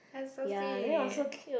that's so sweet